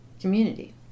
community